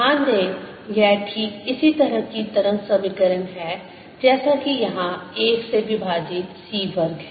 ध्यान दें यह ठीक इसी तरह की तरंग समीकरण है जैसा कि यहाँ 1 से विभाजित c वर्ग है